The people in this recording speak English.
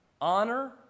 Honor